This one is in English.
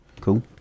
Cool